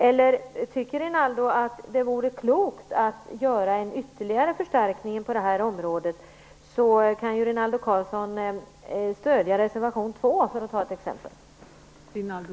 Eller tycker Rinaldo Karlsson att det vore klokt att göra ytterligare en förstärkning på det här området? I så fall kan ju